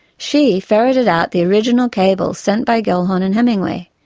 she ferreted out the original cables sent by gellhorn and hemingway.